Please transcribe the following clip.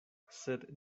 sed